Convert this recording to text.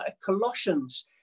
Colossians